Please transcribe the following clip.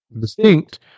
distinct